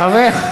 חבר,